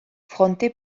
fronte